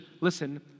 listen